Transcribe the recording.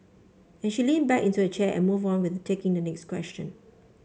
and she leaned back into her chair and moved on with taking the next question